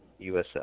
USL